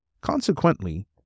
Consequently